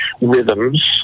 rhythms